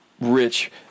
rich